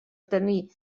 tenir